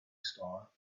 star